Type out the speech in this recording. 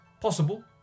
Possible